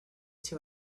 two